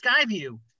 Skyview